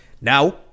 Now